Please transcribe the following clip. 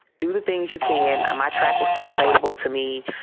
do the things you can. my track was still available to me.